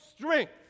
strength